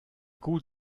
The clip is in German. gut